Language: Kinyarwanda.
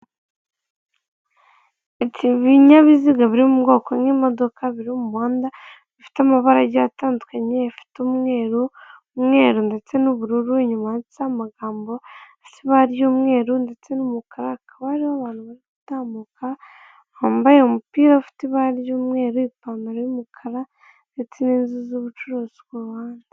Ibyo binyabiziga biri mu bwoko bw'imodoka biri mu muhanda bifite amabara agiye atandukanye bifite umweru ndetse n'ubururu nyuma hari amagambo y'umweru ndetse n'umukara akaba hariho abantu bambaye umupira ufite ibara ry'umweru ipantaro y'umukara ndetse n'inzu z'ubucuruzi ku ruhande.